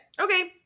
Okay